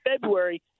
February